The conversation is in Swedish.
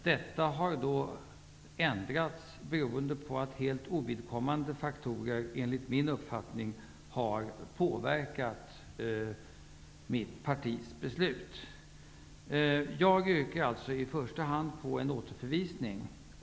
Detta har ändrats, beroende på att enligt min uppfattning helt ovidkommande faktorer har påverkat mitt partis beslut. Jag yrkar alltså i första hand på en återförvisning.